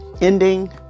ending